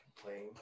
complain